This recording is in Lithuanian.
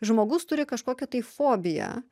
žmogus turi kažkokią tai fobiją